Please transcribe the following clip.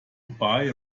buy